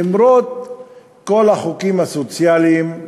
למרות כל החוקים הסוציאליים,